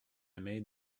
made